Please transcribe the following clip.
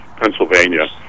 Pennsylvania